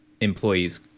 employees